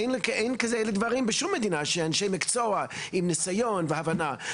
אין כאלה דברים בשום מדינה שאנשי מקצוע עם ניסיון והבנה.